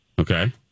okay